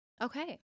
Okay